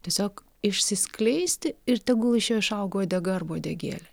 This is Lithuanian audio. tiesiog išsiskleisti ir tegul iš jo išauga uodega arba uodegėlė